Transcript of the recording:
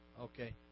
Okay